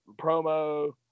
promo